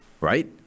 Right